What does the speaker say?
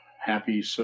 happy